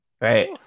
Right